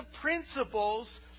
principles